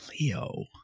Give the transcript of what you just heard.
Leo